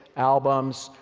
albums,